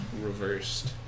Reversed